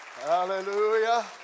Hallelujah